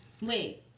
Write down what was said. wait